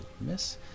miss